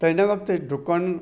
त इन वक़्तु डुकणु